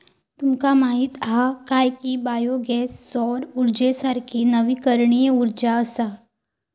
तुमका माहीत हा काय की बायो गॅस सौर उर्जेसारखी नवीकरणीय उर्जा असा?